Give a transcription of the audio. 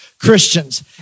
Christians